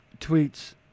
tweets